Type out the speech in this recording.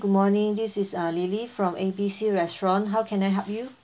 good morning this is uh lily from A B C restaurant how can I help you